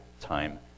time